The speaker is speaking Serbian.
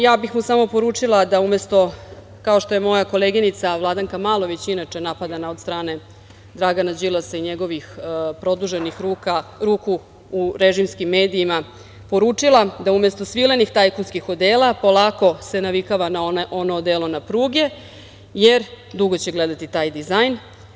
Ja bih mu samo poručila da umesto, kao što je moja koleginica Vladanka Malović, inače napadana od strane Dragana Đilasa i njegovih produženih ruku u režimskim medijima, poručila da umesto svilenih tajkunskih odela, polako se navikava na ono odelo na pruge, jer dugo će gledati taj dizajn.